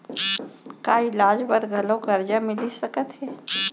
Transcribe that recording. का इलाज बर घलव करजा मिलिस सकत हे?